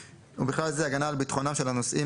ובכלל זה הגנה על ביטחונם של הנוסעים